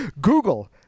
Google